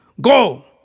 Go